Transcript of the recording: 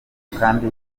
kandi